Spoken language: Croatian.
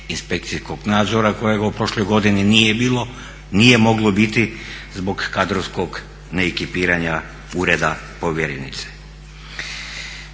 inspekcijskog nadzora kojeg u prošloj godini nije bilo, nije moglo biti zbog kadrovskog neekipiranja ureda povjerenice.